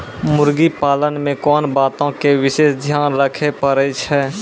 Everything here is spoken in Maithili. मुर्गी पालन मे कोंन बातो के विशेष ध्यान रखे पड़ै छै?